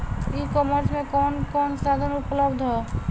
ई कॉमर्स में कवन कवन साधन उपलब्ध ह?